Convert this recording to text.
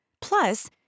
Plus